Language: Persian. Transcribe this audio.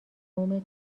قوم